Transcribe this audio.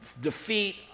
defeat